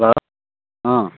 hello